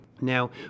Now